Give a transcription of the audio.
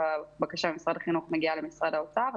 הבקשה ממשרד החינוך מגיעה לוועדה במשרד האוצר.